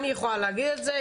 אני יכולה להגיד את זה.